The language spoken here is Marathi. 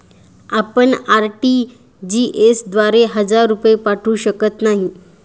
आपण आर.टी.जी.एस द्वारे हजार रुपये पाठवू शकत नाही